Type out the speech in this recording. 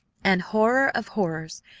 and, horror of horrors!